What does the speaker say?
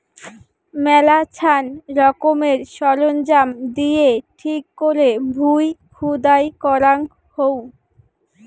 মেলাছান রকমের সরঞ্জাম দিয়ে ঠিক করে ভুঁই খুদাই করাঙ হউ